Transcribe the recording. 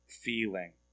feeling